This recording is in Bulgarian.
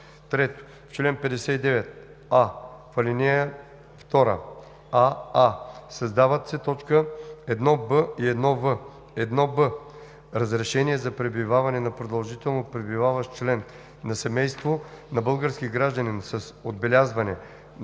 3. В чл. 59: а) в ал. 2: аа) създават се т. 1б и 1в: „1б. разрешение за пребиваване на продължително пребиваващ член на семейство на български гражданин с отбелязване на